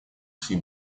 свои